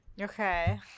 Okay